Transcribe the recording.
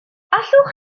allwch